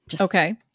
Okay